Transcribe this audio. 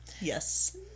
Yes